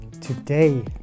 Today